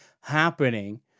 happening